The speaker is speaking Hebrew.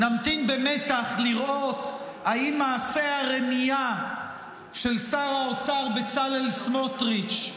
נמתין במתח לראות אם מעשה הרמייה של שר האוצר בצלאל סמוטריץ'